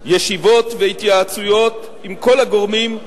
ישיבות והתייעצויות עם כל הגורמים,